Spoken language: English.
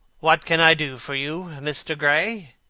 what can i do for you, mr. gray?